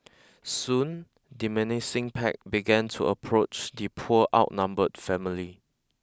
soon the menacing pack began to approach the poor outnumbered family